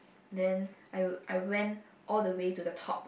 then I we~ I went all the way to the top